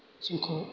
जोंखौ